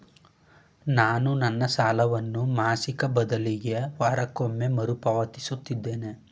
ನಾನು ನನ್ನ ಸಾಲವನ್ನು ಮಾಸಿಕ ಬದಲಿಗೆ ವಾರಕ್ಕೊಮ್ಮೆ ಮರುಪಾವತಿಸುತ್ತಿದ್ದೇನೆ